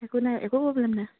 একো নাই একো প্ৰ'ব্লেম নাই